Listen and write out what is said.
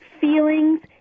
feelings